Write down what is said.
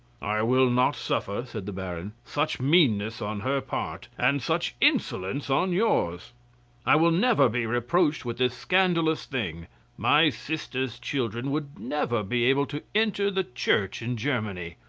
i will not suffer, said the baron, such meanness on her part, and such insolence on yours i will never be reproached with this scandalous thing my sister's children would never be able to enter the church in germany.